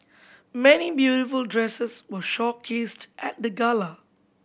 many beautiful dresses were showcased at the gala